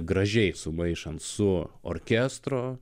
gražiai sumaišant su orkestru